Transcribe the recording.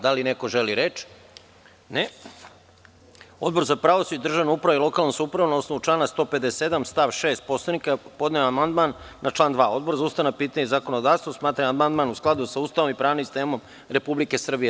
Da li neko želi reč? (Ne) Odbor za pravosuđe, državnu upravu i lokalnu samoupravu na osnovu člana 157. stav 6. Poslovnika je podneo amandman na član 2. Odbor za ustavna pitanja i zakonodavstvo smatra da je amandman u skladu sa Ustavom i pravnim sistemom Republike Srbije.